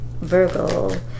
Virgo